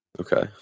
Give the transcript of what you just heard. Okay